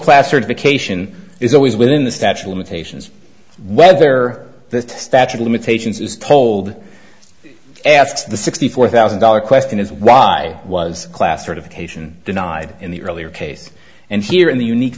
class certification is always within the statute limitations whether the statue of limitations is told asks the sixty four thousand dollar question is why was class sort of occasion denied in the earlier case and here in the unique